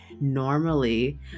normally